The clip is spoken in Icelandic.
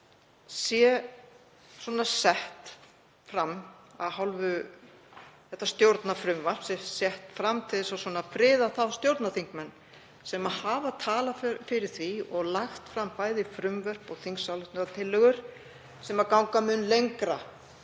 hann segi um það að þetta stjórnarfrumvarp sé lagt fram til að friða þá stjórnarþingmenn sem hafa talað fyrir því og lagt fram bæði frumvörp og þingsályktunartillögur sem ganga mun lengra